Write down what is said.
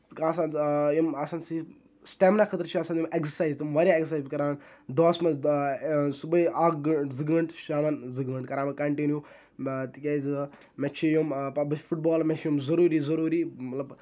آسان یِم آسان سِٹیمنا خٲطرٕ چھِ آسان یِم ایٚگزرسایز تِم واریاہ ایٚگزرسایز چھُس بہٕ کران دۄہَس منٛز صبُحٲے اکھ گٲنٹہٕ زٕ گٲنٹہٕ شامَن زٕ گٲنٹہٕ کران کَنٹِنیو تِکیازِ مےٚ چھُ یِم بہٕ چھُس فٹ بال مےٚ چھُ یِم ضروٗری ضروٗری مطلب